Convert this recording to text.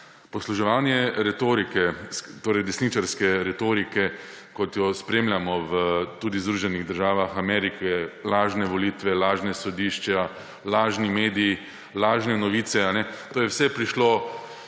Posluževanje retorike, torej desničarske retorike, kot jo spremljamo tudi v Združenih državah Amerike, lažne volitve, lažna sodišča, lažni mediji, lažne novice, to je vse prišlo